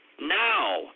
now